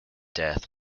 death